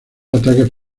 ataques